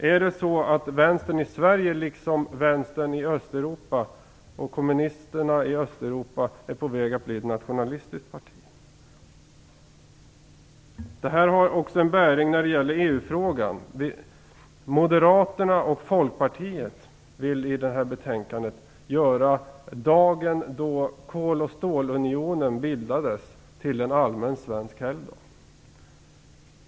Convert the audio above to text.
Är det så att Vänstern i Sverige liksom vänstern och kommunisterna i Östeuropa är på väg att bli ett nationalistiskt parti? Det finns också en koppling när det gäller EU frågan. Moderaterna och Folkpartiet vill i betänkandet göra den dag då kol och stålunionen bildades till en allmän svensk helgdag.